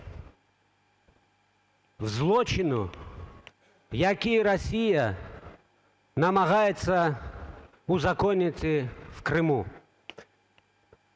злочинах, які Росія намагається узаконити в Криму.